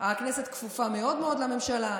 הכנסת כפופה מאוד מאוד לממשלה,